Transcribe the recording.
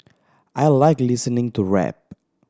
I like listening to rap